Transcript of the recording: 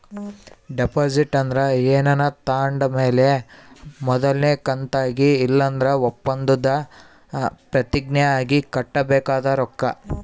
deposit ಅಂದ್ರ ಏನಾನ ತಾಂಡ್ ಮೇಲೆ ಮೊದಲ್ನೇ ಕಂತಾಗಿ ಇಲ್ಲಂದ್ರ ಒಪ್ಪಂದುದ್ ಪ್ರತಿಜ್ಞೆ ಆಗಿ ಕಟ್ಟಬೇಕಾದ ರೊಕ್ಕ